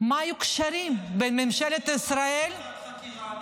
מה היו הקשרים בין ממשלת ישראל -- לזה לא צריך ועדת חקירה,